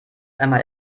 einmal